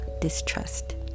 distrust